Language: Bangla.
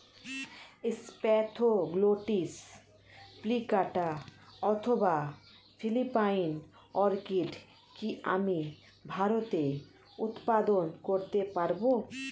স্প্যাথোগ্লটিস প্লিকাটা অথবা ফিলিপাইন অর্কিড কি আমি ভারতে উৎপাদন করতে পারবো?